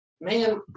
man